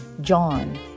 John